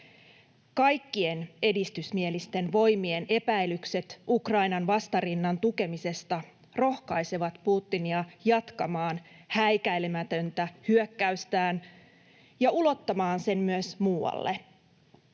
Kaikkien edistysmielisten voimien epäilykset Ukrainan vastarinnan tukemisesta rohkaisevat Putinia jatkamaan häikäilemätöntä hyökkäystään ja ulottamaan sen myös muualle.”